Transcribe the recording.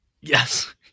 Yes